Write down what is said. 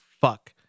fuck